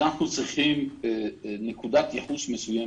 אנחנו צריכים נקודת ייחוס מסוימת.